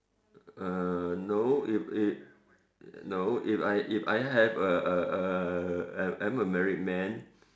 err no if it no if I if I have a a a I'm a married man